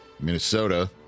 Minnesota